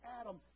Adam